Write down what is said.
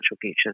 future